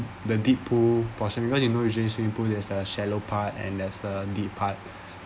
the deep pool portion because you know usually swimming pools there's a shallow part and there's a deep part